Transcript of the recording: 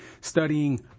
Studying